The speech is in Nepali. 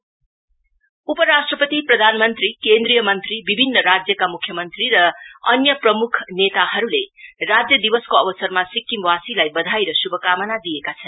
इस्टेट डे मेसेज उपराष्ट्रपति प्रधानमन्त्री केन्द्रीय मन्त्री विभिन्न राज्यका मुख्य मन्त्री र अन्य प्रमुख नेताहरुले राज्य दिवसको अवसरमा सिक्किमवासीलाई बधाई र शुभकामना दिएका छन्